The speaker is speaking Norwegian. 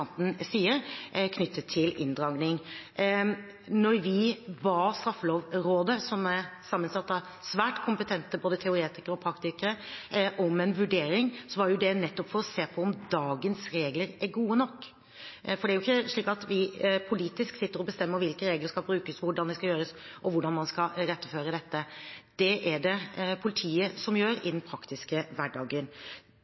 er sammensatt av svært kompetente teoretikere og praktikere, om en vurdering, var jo det nettopp for å se på om dagens regler er gode nok. For det er ikke slik at vi politisk sitter og bestemmer hvilke regler som skal brukes, hvordan det skal gjøres, og hvordan man skal iretteføre dette. Det er det politiet som gjør, i